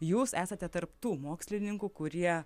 jūs esate tarp tų mokslininkų kurie